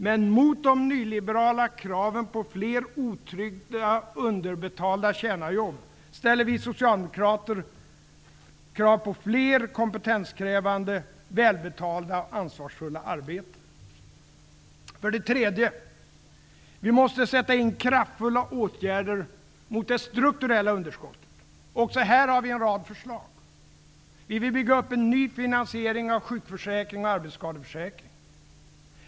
Men mot de nyliberala kraven på fler otrygga, underbetalda tjänarjobb ställer vi socialdemokrater fler kompetenskrävande, välbetalda och ansvarsfulla arbeten. För det tredje: Vi måste sätta in kraftfulla åtgärder mot det strukturella underskottet. Också här har vi en rad förslag. Vi vill bygga upp en ny finansiering av sjukförsäkringen och arbetsskadeförsäkringen.